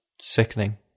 sickening